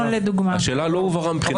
השאלה לא הובהרה מבחינתי.